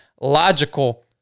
logical